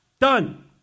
done